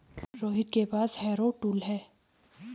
रोहित के पास harrow tool है